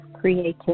creativity